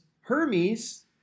Hermes